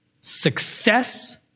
success